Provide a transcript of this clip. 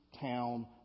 town